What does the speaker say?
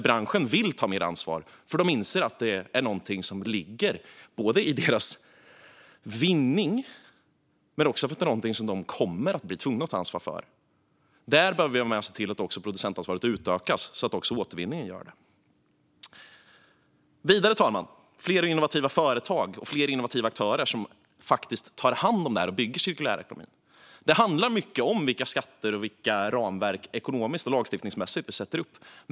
Branschen vill ta mer ansvar, för de inser att detta både är till vinning för dem och något som de kommer att bli tvungna att göra. Vi behöver se till att producentansvaret utökas så att också återvinningen gör det. Vidare, fru talman, vill vi se fler innovativa företag och aktörer, som faktiskt tar hand om detta och bygger cirkulärekonomin. Det handlar mycket om vilka skatter vi inför och vilka ekonomiska och lagstiftningsmässiga ramverk vi sätter upp.